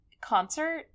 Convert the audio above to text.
concert